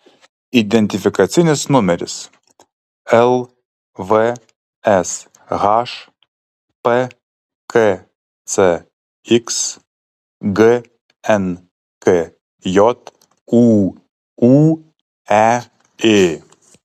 identifikacinis numeris lvsh pkcx gnkj ūūeė